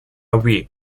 vee